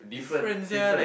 different different